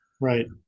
right